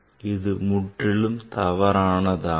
இது முற்றிலும் தவறானதாகும்